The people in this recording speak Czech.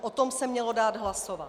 O tom se mělo dát hlasovat.